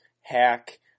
Hack